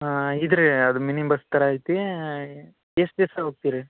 ಹಾಂ ಇದ್ರಿ ಅದು ಮಿನಿ ಬಸ್ ಥರ ಐತೀ ಎಷ್ಟು ದಿವಸ ಹೋಗ್ತೀರಾ ರೀ